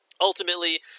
ultimately